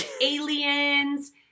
aliens